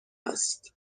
است